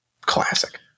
Classic